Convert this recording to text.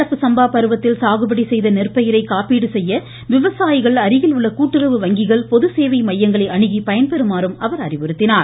நடப்பு சம்பா பருவத்தில் சாகுபடி செய்த நெற்பயிரை காப்பீடு செய்ய விவசாயிகள் அருகில் உள்ள கூட்டுறவு வங்கிகள் பொதுசேவை மையங்களை அணுகி பயன்பெறுமாறும் அவர் அறிவுறுத்தினார்